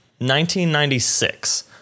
1996